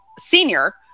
senior